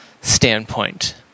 standpoint